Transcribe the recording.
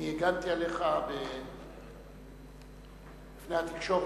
חבר הכנסת פלסנר, אני הגנתי עליך בפני התקשורת.